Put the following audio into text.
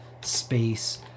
space